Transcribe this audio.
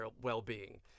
well-being